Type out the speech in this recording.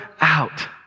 out